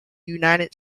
united